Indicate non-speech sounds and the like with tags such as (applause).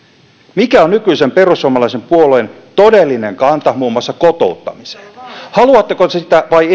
mikä on nykyisen perussuomalaisen puolueen todellinen kanta muun muassa kotouttamiseen haluatteko te sitä vai (unintelligible)